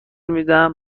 میدم